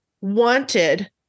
wanted